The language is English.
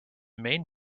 main